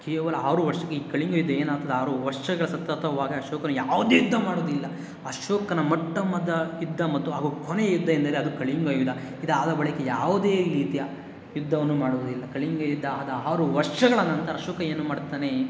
ಕೇವಲ ಆರು ವರ್ಷಕ್ಕೆ ಈ ಕಳಿಂಗ ಯುದ್ಧ ಏನಾಗ್ತದೆ ಆರು ವರ್ಷ ಸತತವಾಗಿ ಅಶೋಕನು ಯಾವುದೇ ಯುದ್ಧ ಮಾಡುವುದಿಲ್ಲ ಅಶೋಕನ ಮೊಟ್ಟ ಮೊದಲ ಯುದ್ಧ ಮತ್ತು ಹಾಗೂ ಕೊನೆಯ ಯುದ್ಧವೆಂದರೆ ಅದು ಕಳಿಂಗ ಯುದ್ಧ ಇದಾದ ಬಳಿಕ ಯಾವುದೇ ರೀತಿಯ ಯುದ್ಧವನ್ನು ಮಾಡುವುದಿಲ್ಲ ಕಳಿಂಗ ಯುದ್ಧ ಆದ ಆರು ವರ್ಷಗಳ ನಂತರ ಅಶೋಕ ಏನು ಮಾಡ್ತಾನೆ